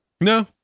No